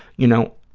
you know,